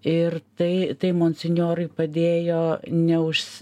ir tai tai monsinjorui padėjo neužsi